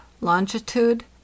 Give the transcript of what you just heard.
longitude